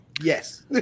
yes